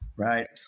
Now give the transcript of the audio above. Right